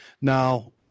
Now